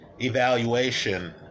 evaluation